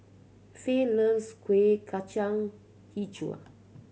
fayette loves Kuih Kacang Hijau